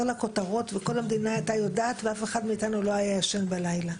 לכותרות וכל המדינה ידעה יודעת ואף אחד מאיתנו לא היה ישן בלילה.